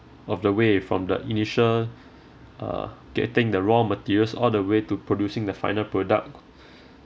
of the way from the initial uh getting the raw materials all the way to producing the final product